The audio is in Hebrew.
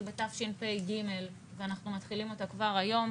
בתשפ"ג ואנחנו מתחילים אותה כבר היום.